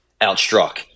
outstruck